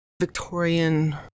Victorian